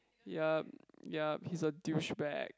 yup yup he's a douchebag